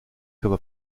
comme